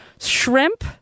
shrimp